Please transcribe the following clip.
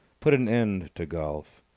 put an end to golf.